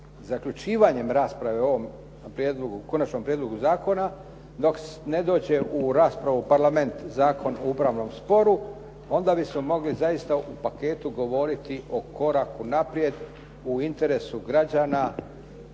zaključivanjem rasprave o ovom prijedlogu, Konačnom prijedlogu zakona dok ne dođe u raspravu u Parlament Zakon o upravnom sporu, onda bismo mogli zaista u paketu govoriti o koraku naprijed u interesu građana,